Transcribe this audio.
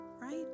Right